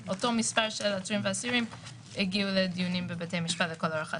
מספר של עצורים ואסירים הגיעו לדיונים בבתי המשפט לכל אורך השנה.